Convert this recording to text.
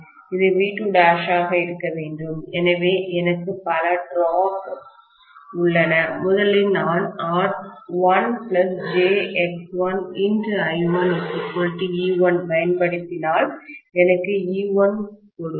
இது V2' ஆக இருக்க வேண்டும் எனவே எனக்கு பல டிராப்வீழ்ச்சி உள்ளன முதலில் நான் R1jI1 E1 பயன்படுத்தினால் எனக்கு E1 கொடுக்கும்